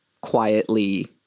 quietly